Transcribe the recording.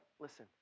listen